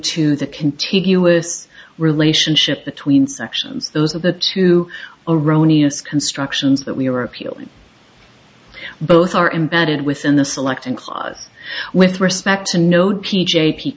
to the contiguous relationship between sections those of the two erroneous constructions that we are appealing both are embedded within the select and clause with respect to no t j p